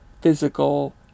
physical